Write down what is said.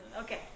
okay